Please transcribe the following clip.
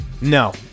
No